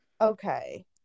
Okay